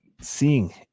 seeing